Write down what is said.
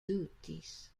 duties